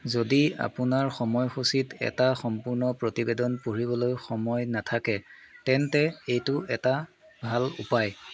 যদি আপোনাৰ সময়সূচীত এটা সম্পূৰ্ণ প্ৰতিবেদন পঢ়িবলৈ সময় নাথাকে তেন্তে এইটো এটা ভাল উপায়